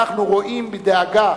אנחנו רואים בדאגה